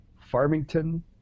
farmington